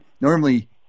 normally